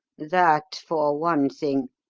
that, for one thing.